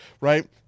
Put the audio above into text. right